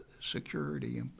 security